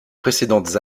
précédentes